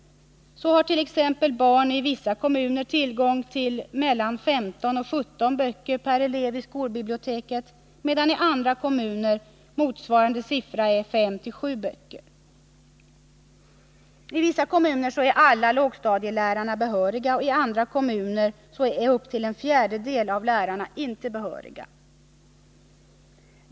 Så har t.ex. barn i vissa kommuner tillgång till mellan 15 och 17 böcker per elev i skolbiblioteket, medan i andra kommuner motsvarande siffra är 5 till 7 böcker. I vissa kommuner är alla lågstadielärarna behöriga. I andra kommuner är upp till en fjärdedel av lärarna inte behöriga.